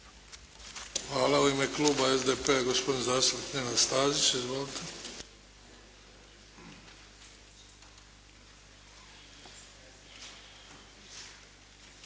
Hvala. U ime kluba SDP-a gospodin zastupnik Nenad Stazić. Izvolite.